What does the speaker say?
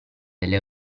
delle